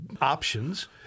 options